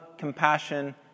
compassion